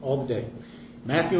all day matthew